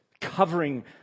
covering